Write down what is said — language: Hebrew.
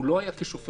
הוא לא היה כשופט,